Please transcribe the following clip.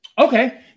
Okay